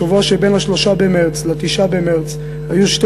בשבוע שבין 3 במרס ל-9 במרס היו שתי